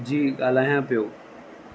जी ॻाल्हायां पियो